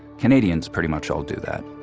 canadians pretty much all do that